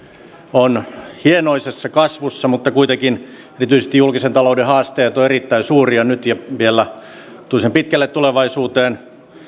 on hienoisessa kasvussa mutta kuitenkin erityisesti julkisen talouden haasteet ovat erittäin suuria nyt ja vielä kohtuullisen pitkälle tulevaisuuteen